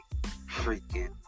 freaking